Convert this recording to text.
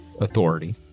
authority